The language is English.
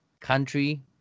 country